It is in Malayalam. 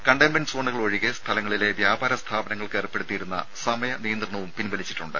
കണ്ടെയൻമെന്റ് സോണുകൾ ഒഴികെ സ്ഥലങ്ങളിലെ വ്യാപാര സ്ഥാപനങ്ങൾക്ക് ഏർപ്പെടുത്തിയിരുന്ന സമയ നിയന്ത്രണവും പിൻവലിച്ചിട്ടുണ്ട്